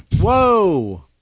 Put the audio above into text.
whoa